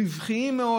רווחיים מאוד.